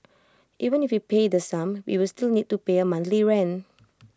even if we pay the sum we will still need to pay A monthly rent